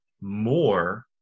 more